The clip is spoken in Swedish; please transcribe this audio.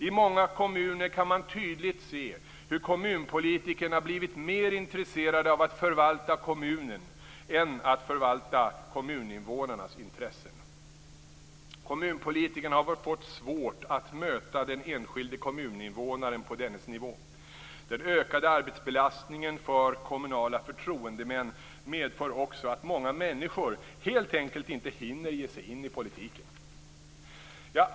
I många kommuner kan man tydligt se hur kommunpolitikerna blivit mer intresserade av att förvalta kommunen än av att förvalta kommuninvånarnas intressen. Kommunpolitikerna har fått svårt att möta den enskilde kommuninvånaren på dennes nivå. Den ökade arbetsbelastningen för kommunala förtroendemän medför också att många människor helt enkelt inte hinner ge sig in i politiken.